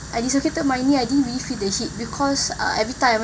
I dislocated my knee I didn't really feel the heat cause uh every time